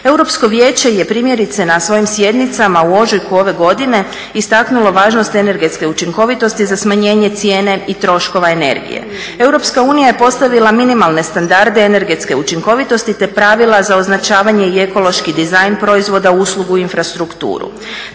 Europsko vijeće je primjerice na svojim sjednicama u ožujku ove godine istaknulo važnost energetska učinkovitosti za smanjenje cijene i troškova energije. EU je postavila minimalne standarde energetska učinkovitosti te pravila za označavanje i ekološki dizajn proizvoda, uslugu i infrastrukturu.